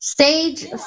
Stage